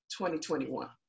2021